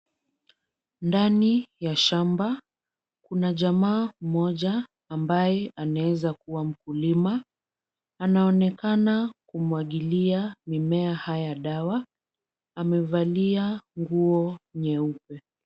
Ndani ya shamba kuna jamaa mmoja ambaye anaeza kuwa mkulima. Anaonekana kumwagilia mimea haya dawa, amevalia nguo nyeupe.